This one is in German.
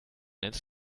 ins